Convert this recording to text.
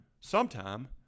sometime